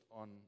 on